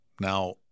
now